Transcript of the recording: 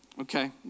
Okay